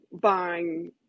buying